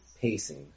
pacing